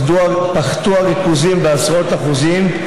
פחתו הריכוזים בעשרות אחוזים,